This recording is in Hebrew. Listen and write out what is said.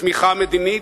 תמיכה מדינית,